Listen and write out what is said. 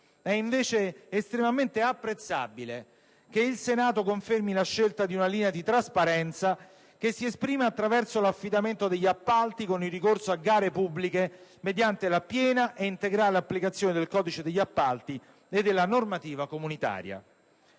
È invece estremamente apprezzabile che il Senato confermi la scelta di una linea di trasparenza, che si esprime attraverso l'affidamento degli appalti con il ricorso a gare pubbliche mediante la piena ed integrale applicazione del codice degli appalti e della normativa comunitaria.